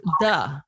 duh